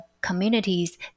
communities